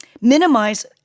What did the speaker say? minimize